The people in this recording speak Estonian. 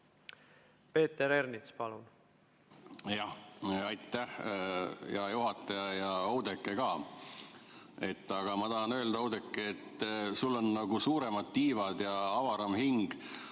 Peeter Ernits, palun! Aitäh, hea juhataja ja Oudekki ka! Ma tahan öelda, Oudekki, et sul on nagu suuremad tiivad ja avaram hing.